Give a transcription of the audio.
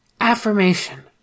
Affirmation